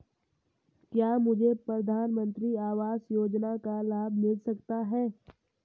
क्या मुझे प्रधानमंत्री आवास योजना का लाभ मिल सकता है?